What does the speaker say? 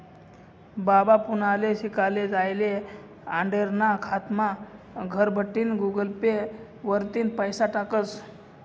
बाबा पुनाले शिकाले जायेल आंडेरना खातामा घरबठीन गुगल पे वरतीन पैसा टाकस